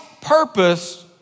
purpose